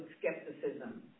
skepticism